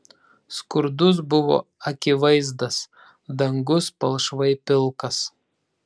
skurdus buvo akivaizdas dangus palšvai pilkas